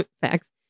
Facts